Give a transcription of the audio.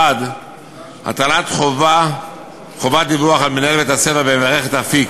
1. הטלת חובת דיווח על מנהל בית-הספר במערכת "אפיק",